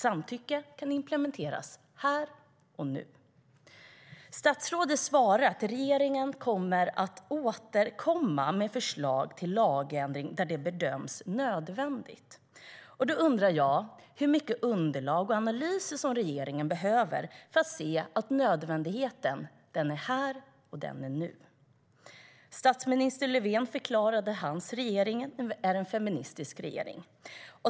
Samtycke kan implementeras här och nu. Statsrådet svarar att regeringen kommer att "återkomma med förslag till lagändringar där det bedöms nödvändigt". Då undrar jag hur mycket underlag och analyser regeringen behöver för att se att nödvändigheten finns här och nu. Statsminister Löfven förklarade att hans regering är en feministisk regering.